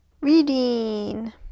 Reading